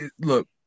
look